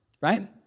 right